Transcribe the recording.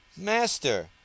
Master